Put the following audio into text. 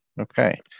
Okay